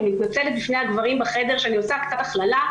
אני מתנצלת בפני הגברים בחדר שאני עושה הכללה,